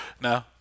No